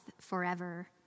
forever